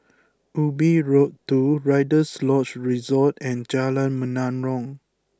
Ubi Road two Rider's Lodge Resort and Jalan Menarong